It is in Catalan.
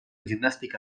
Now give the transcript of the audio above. gimnàstica